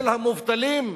של המובטלים?